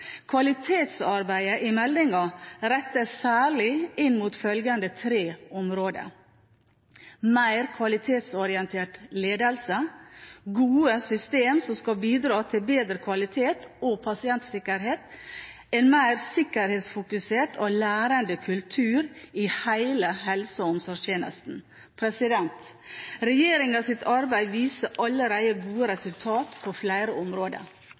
Kvalitetsarbeidet i meldingen rettes særlig inn mot følgende tre områder: mer kvalitetsorientert ledelse gode systemer som skal bidra til bedre kvalitet og pasientsikkerhet en mer sikkerhetsfokusert og lærende kultur i hele helse- og omsorgstjenesten Regjeringens arbeid viser allerede gode resultater på flere områder.